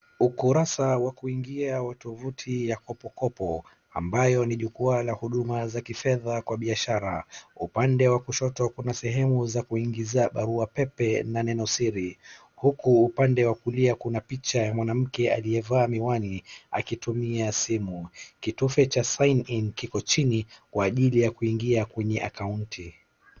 Ukurasa wa kuingia wa tovuti ya Kopo Kopo ambayo ni jukua la huduma za kifedha kwa biashara. Upande wa kushoto kuna sehemu za kuingiza barua pepe na neno siri huku upande wa kulia kuna picha ya mwanamke aliyevaa miwani akitumia simu. Kitufe cha sign in kiko chini kwa ajili ya kuingia kwenye akaunti.